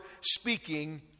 speaking